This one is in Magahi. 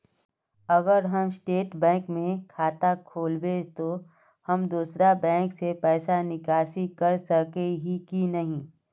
अगर हम स्टेट बैंक में खाता खोलबे तो हम दोसर बैंक से पैसा निकासी कर सके ही की नहीं?